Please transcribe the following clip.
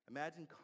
Imagine